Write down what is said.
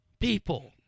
People